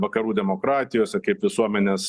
vakarų demokratijose kaip visuomenės